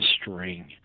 string